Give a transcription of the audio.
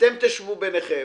אתם תשבו ביניכם,